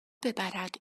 ببرد